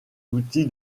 outil